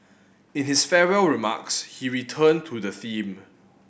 in his farewell remarks he returned to the theme